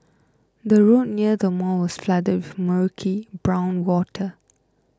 the road near the mall was flooded with murky brown water